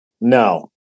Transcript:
No